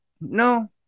no